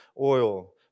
oil